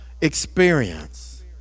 experience